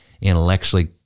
intellectually